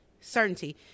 certainty